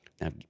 Now